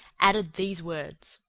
added these words